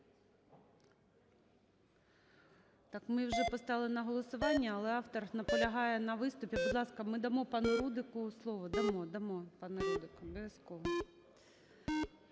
Так, ми вже поставили на голосування, але автор наполягає на виступі. Будь ласка, ми дамо пану Рудику слово. Дамо, дамо, пане Рудик, обов'язково.